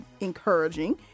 encouraging